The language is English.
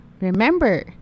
Remember